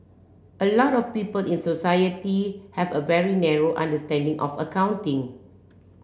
a lot of people in society have a very narrow understanding of accounting